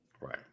Right